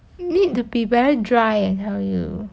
you need to be very dry eh I tell you